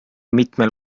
mitmel